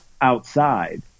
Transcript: outside